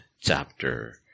chapter